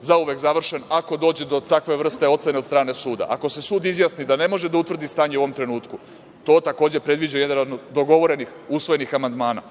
zauvek završen ako dođe do takve vrste ocene od strane suda. Ako se sud izjasni da ne može da utvrdi stanje u ovom trenutku, to takođe predviđa jedan od dogovorenih, usvojenih amandmana,